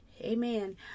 Amen